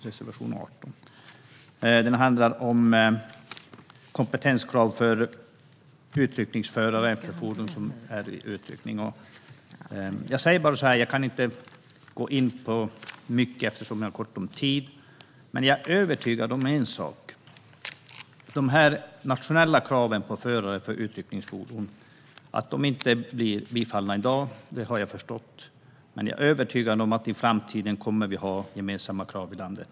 Reservationen handlar om kompetenskrav för förare av utryckningsfordon. Jag kan inte gå in på det så mycket eftersom jag har kort om tid, men jag är övertygad om en sak: Att de nationella kraven på förare av utryckningsfordon inte kommer att bifallas i dag har jag förstått, men jag är övertygad om att vi i framtiden kommer att ha gemensamma krav i landet.